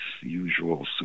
usual